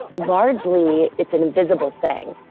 largely, it's an invisible thing.